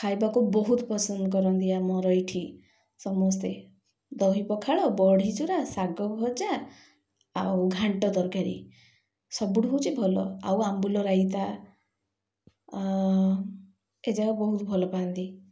ଖାଇବାକୁ ବହୁତ ପସନ୍ଦ କରନ୍ତି ଆମର ଏଠି ସମସ୍ତେ ଦହି ପଖାଳ ବଢ଼ିଚୁରା ଶାଗଭଜା ଆଉ ଘାଣ୍ଟ ତରକାରୀ ସବୁଠୁ ହେଉଛି ଭଲ ଆଉ ଆମ୍ବୁଲ ରାଇତା ଏ ଜାଗା ବହୁତ ଭଲ ପାଆନ୍ତି